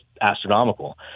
astronomical